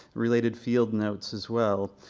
related field notes as well.